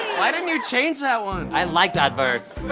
why didn't you change that one? i like that verse.